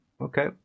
okay